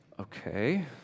Okay